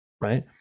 right